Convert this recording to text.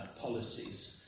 policies